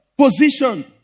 position